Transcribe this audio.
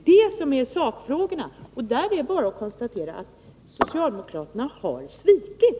Det är ju sakfrågorna, och där är det bara att konstatera att socialdemokraterna har svikit.